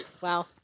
Wow